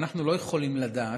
אנחנו לא יכולים לדעת